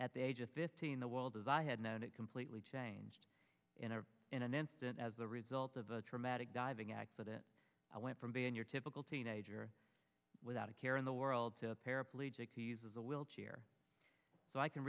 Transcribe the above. at the age of fifteen the world as i had known it completely changed in a in an instant as the result of a traumatic diving accident i went from being your typical teenager without a care in the world to a paraplegic who uses a wheelchair so i can